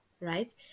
right